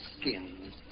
skin